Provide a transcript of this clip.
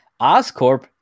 Oscorp